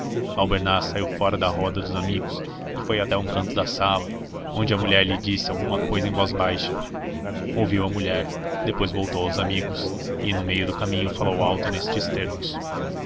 sim albernaz saiu fora da roda dos amigos e foi até a um canto da sala onde a mulher lhe disse alguma cousa em voz baixa ouviu a mulher depois voltou aos amigos e no meio do caminho falou alto nestes termos